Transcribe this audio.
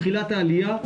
תחילת העלייה,